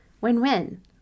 Win-win